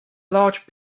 large